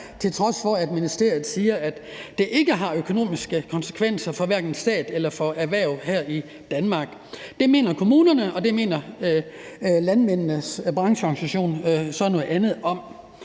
til trods for at ministeriet siger, at det ikke har økonomiske konsekvenser, hverken for stat eller for erhverv her i Danmark. Det mener kommunerne, og det mener landmændenes brancheorganisation så noget andet om.